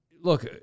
look